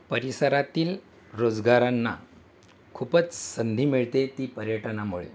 परिसरातील रोजगारांना खूपच संधी मिळते ती पर्यटनामुळे